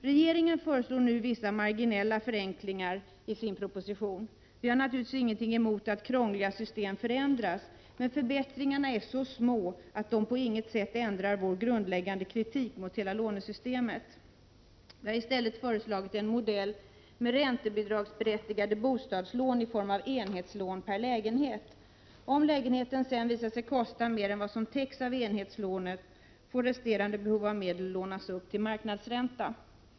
Regeringen föreslår nu i sin proposition vissa marginella förenklingar. Vi har naturligtvis ingenting emot att krångliga system förenklas, men förbätt ringarna är så små att de på inget sätt ändrar vår grundläggande kritik mot — Prot. 1987/88:46 hela lånesystemet. 16 december 1987 Vi har i stället föreslagit en modell med räntebidragsberättigade bostads: ZH —G— lån i form av enhetslån per lägenhet. Om lägenheten sedan visar sig kosta mer än vad som täcks av enhetslånet får resterande behov av medel lånas upp till marknadsränta.